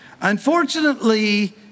unfortunately